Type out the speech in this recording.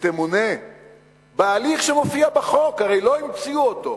שתמונה בהליך שמופיע בחוק, הרי לא המציאו אותו,